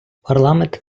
парламент